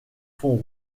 fond